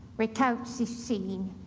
recounts the scene.